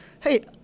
hey